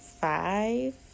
five